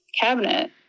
cabinet